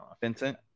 Vincent